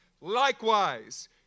likewise